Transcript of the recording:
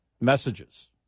messages